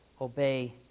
obey